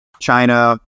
China